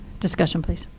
discussion, please.